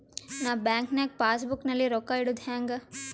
ನಾ ಬ್ಯಾಂಕ್ ನಾಗ passbook ನಲ್ಲಿ ರೊಕ್ಕ ಇಡುದು ಹ್ಯಾಂಗ್?